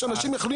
שאנשים,